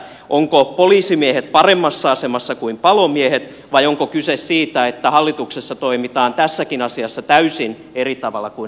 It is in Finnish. ovatko poliisimiehet paremmassa asemassa kuin palomiehet vai onko kyse siitä että hallituksessa toimitaan tässäkin asiassa täysin eri tavalla kun